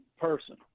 person